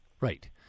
Right